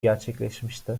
gerçekleşmişti